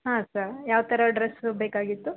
ಹಾಂ ಸರ್ ಯಾವ ಥರ ಡ್ರಸ್ಸು ಬೇಕಾಗಿತ್ತು